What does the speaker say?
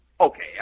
Okay